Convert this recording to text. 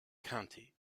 county